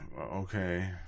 Okay